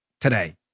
today